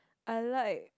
I like